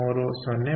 5 0